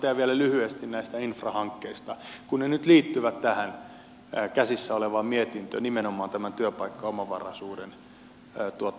totean vielä lyhyesti näistä infrahankkeista kun ne nyt liittyvät tähän käsissä olevaan mietintöön nimenomaan tämän työpaikkaomavaraisuuden osalta